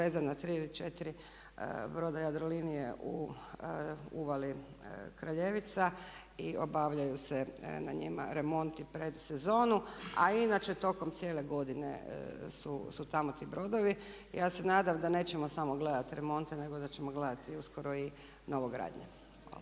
vezana tri ili četiri broda Jadrolinije u uvali Kraljevica i obavljaju se na njima remonti pred sezonu. A i inače tokom cijele godine su tamo ti brodovi. Ja se nadam da nećemo samo gledati remonte nego da ćemo gledati uskoro i novogradnje. Hvala.